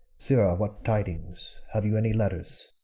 sirrah, what tidings? have you any letters?